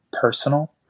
personal